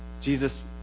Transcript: Jesus